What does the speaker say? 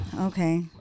Okay